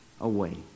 away